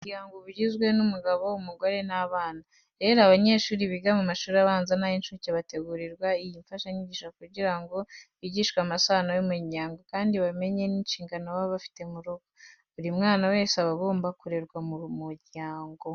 Umuryango uba ugizwe n'umugabo, umugore n'abana. Rero abanyeshuri biga mu mashuri abanza n'ay'incuke bategurirwa iyi mfashanyigisho kugira ngo bigishwe amasano y'umuryango kandi bamenye n'inshingano baba bafite mu muryango. Buri mwana wese aba agomba kurererwa mu muryango.